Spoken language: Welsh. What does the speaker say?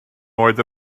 oed